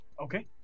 Okay